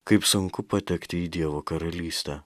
kaip sunku patekti į dievo karalystę